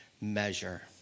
measure